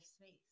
space